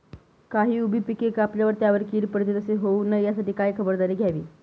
काही उभी पिके कापल्यावर त्यावर कीड पडते, तसे होऊ नये यासाठी काय खबरदारी घ्यावी?